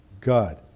God